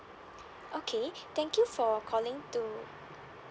okay thank you for calling to